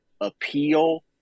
appeal